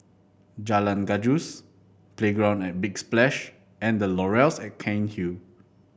Jalan Gajus Playground at Big Splash and The Laurels at Cairnhill